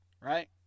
Right